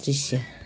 दृश्य